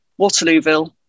Waterlooville